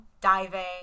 diving